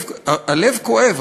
הלב כואב,